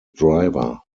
driver